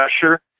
pressure